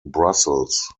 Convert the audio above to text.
brussels